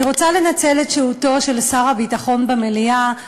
אני רוצה לנצל את שהותו של שר הביטחון במליאה ולשאול: